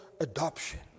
Adoption